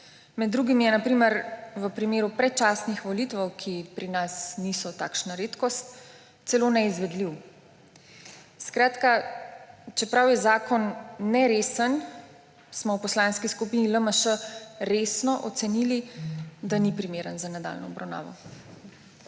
na primer v primeru predčasnih volitev, ki pri nas niso takšna redkost, celo neizvedljiv. Čeprav je zakon neresen, smo v Poslanski skupini LMŠ resno ocenili, da ni primeren za nadaljnjo obravnavo.